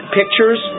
pictures